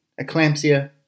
eclampsia